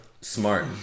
Smart